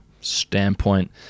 standpoint